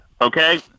Okay